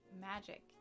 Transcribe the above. magic